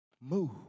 Move